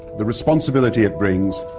the responsibility it brings,